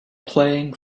playing